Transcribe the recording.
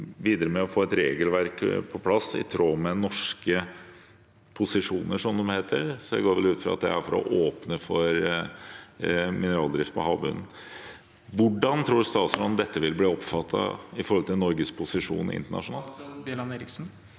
ISA, med å få et regelverk på plass i tråd med norske posisjoner, som det heter. Jeg går vel ut fra at det er for å åpne for mineraldrift på havbunnen. Hvordan tror statsråden dette vil bli oppfattet med tanke på Norges posisjon internasjonalt?